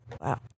wow